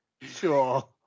Sure